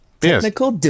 technical